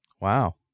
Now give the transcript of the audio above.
Wow